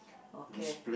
okay